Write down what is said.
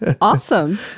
Awesome